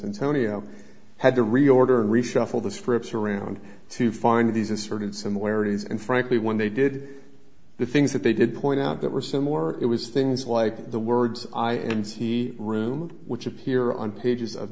and tonio had to reorder and reshuffle the scripts around to find these a certain similarities and frankly when they did the things that they did point out that were similar it was things like the words i and c room which appear on pages of